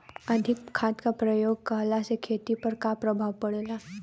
अधिक खाद क प्रयोग कहला से खेती पर का प्रभाव पड़ेला?